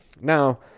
now